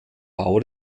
bau